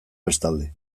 bestalde